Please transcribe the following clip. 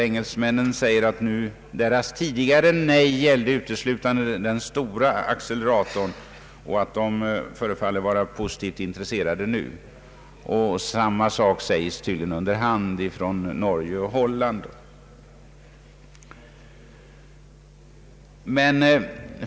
Engelsmännen säger att deras tidigare nej uteslutande gällde den stora acceleratorn; de förefaller vara positivt intresserade nu. Samma sak sägs tydligen under hand från Norge och Holland.